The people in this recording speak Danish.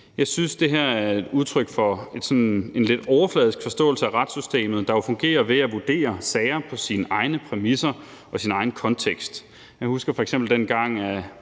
Jeg synes, det her er udtryk for sådan en lidt overfladisk forståelse af retssystemet, der jo fungerer ved at vurdere sager på sine egne præmisser og i sin egen kontekst. Jeg husker f.eks., dengang